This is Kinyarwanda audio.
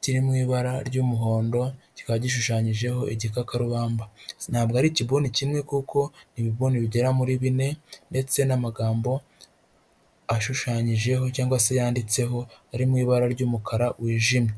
kiri mu ibara ry'umuhondo, kiba gishushanyijeho igikakarubamba, ntabwo ari ikibuni kimwe kuko ni ibibuni bigera muri bine ndetse n'amagambo ashushanyijeho cyangwa se yanditseho, ari mu ibara ry'umukara wijimye.